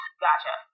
gotcha